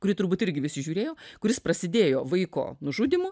kurį turbūt irgi visi žiūrėjo kuris prasidėjo vaiko nužudymu